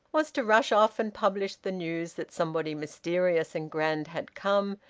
was to rush off and publish the news that somebody mysterious and grand had come,